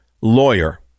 lawyer